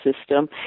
system